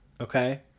okay